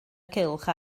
cylch